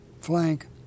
flank